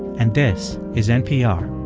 and this is npr